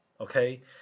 okay